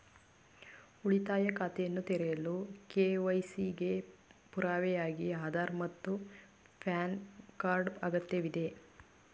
ಉಳಿತಾಯ ಖಾತೆಯನ್ನು ತೆರೆಯಲು ಕೆ.ವೈ.ಸಿ ಗೆ ಪುರಾವೆಯಾಗಿ ಆಧಾರ್ ಮತ್ತು ಪ್ಯಾನ್ ಕಾರ್ಡ್ ಅಗತ್ಯವಿದೆ